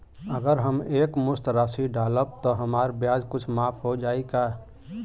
अगर हम एक मुस्त राशी डालब त हमार ब्याज कुछ माफ हो जायी का?